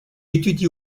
étudie